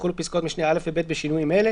יחולו פסקאות משנה (א) ו-(ב) בשינויים אלה